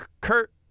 kurt